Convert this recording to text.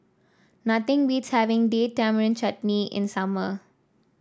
nothing beats having Date Tamarind Chutney in summer